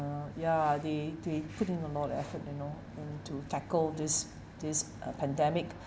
ya they they put in a lot of effort you know in to tackle this this uh pandemic